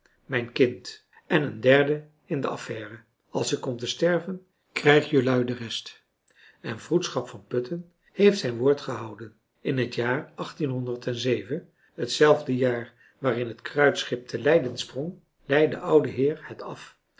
mijn kind en een derde in de affaire als ik kom te sterven krijg jelui de rest en vroedschap van putten heeft zijn woord gehouden in het jaar hetzelfde jaar waarin het kruitschip te leiden sprong lei de oude heer het af